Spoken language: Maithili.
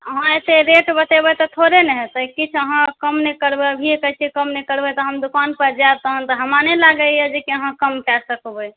अहाँ एते रेट बतेबै तऽ थोड़े ने हेतै किछु अहाँ कम नहि करबै अभिये कहै छी कम नहि करबै तऽ हम तहन तऽ हम दोकान पर जाएब तऽ अहाँ हमरा नहि लागैया जे कम कऽ सकबै